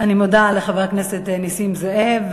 אני מודה לחבר הכנסת נסים זאב.